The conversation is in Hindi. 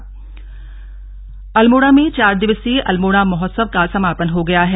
अल्मोड़ा महोत्सव अल्मोड़ा में चार दिवसीय अल्मोड़ा महोत्सव का समापन हो गया है